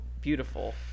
beautiful